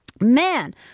Man